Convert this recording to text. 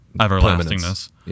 Everlastingness